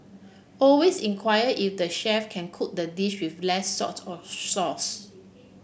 always inquire if the chef can cook the dish with less salt or sauce